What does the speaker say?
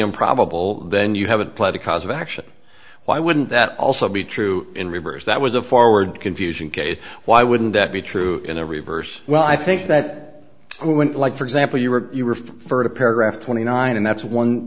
improbable then you haven't played a cause of action why wouldn't that also be true in reverse that was a forward confusion case why wouldn't that be true in a reverse well i think that when like for example you were you refer to paragraph twenty nine and that's one